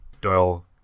Doyle